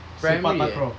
primary eh